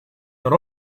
were